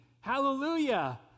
hallelujah